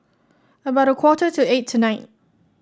about a quarter to eight tonight